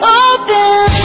open